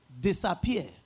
disappear